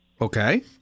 Okay